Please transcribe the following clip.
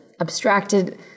abstracted